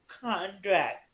contract